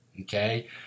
Okay